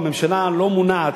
הממשלה לא מונעת,